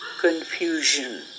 confusion